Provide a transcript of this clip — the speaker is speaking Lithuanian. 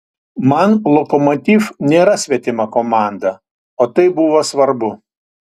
man lokomotiv nėra svetima komanda o tai buvo svarbu